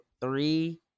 three